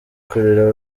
kurera